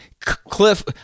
Cliff